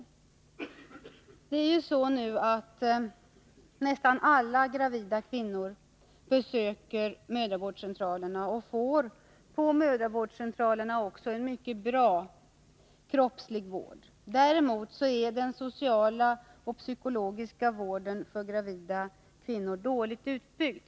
Nästan alla gravida kvinnor besöker nu för tiden mödravårdscentralerna och får där en mycket bra kroppslig vård. Däremot är den sociala och psykologiska vården av gravida kvinnor dåligt utbyggd.